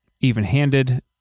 even-handed